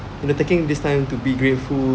you know taking this time to be grateful